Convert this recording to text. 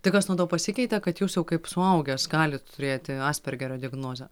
tai kas nuo to pasikeitė kad jūs jau kaip suaugęs galit turėti aspergerio diagnozę